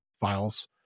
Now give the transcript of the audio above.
files